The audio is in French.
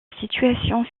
situation